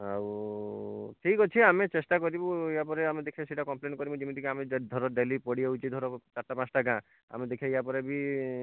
ଆଉ ଠିକ୍ ଅଛି ଆମେ ଚେଷ୍ଟା କରିବୁ ୟା'ପରେ ଆମେ ଦେଖିବା ସେଟା କମ୍ପଲେନ୍ କରିବୁ ଯେମିତିକା ଆମେ ଧର ଡେଲି ପଡ଼ିଯାଉଛି ଧର ଚାରିଟା ପାଞ୍ଚ'ଟା ଗାଁ ଆମେ ଦେଖିବା ୟା'ପରେ ବି